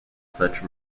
such